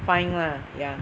fine lah ya